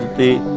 the